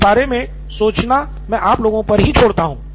इस बारे मे सोचना मैं आप लोग पर ही छोड़ देता हूँ